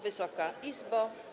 Wysoka Izbo!